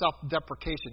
self-deprecation